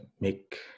make